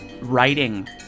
writing